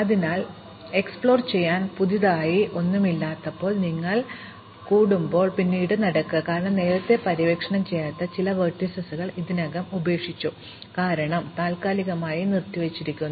അതിനാൽ പര്യവേക്ഷണം ചെയ്യാൻ പുതിയതായി ഒന്നുമില്ലാത്തപ്പോൾ നിങ്ങൾ കുടുങ്ങുമ്പോൾ നിങ്ങൾ പിന്നോട്ട് നടക്കുക കാരണം നിങ്ങൾ നേരത്തെ പര്യവേക്ഷണം ചെയ്യാത്ത ചില വെർട്ടീസുകൾ ഇതിനകം ഉപേക്ഷിച്ചു കാരണം താൽക്കാലികമായി നിർത്തിവച്ചിരിക്കുന്നു